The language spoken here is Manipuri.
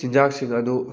ꯆꯤꯟꯖꯥꯛꯁꯤꯡ ꯑꯗꯨ